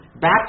back